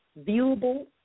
viewable